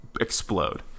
explode